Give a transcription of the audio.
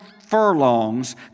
furlongs